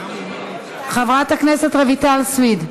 חברת הכנסת רויטל סויד,